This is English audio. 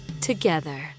together